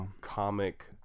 comic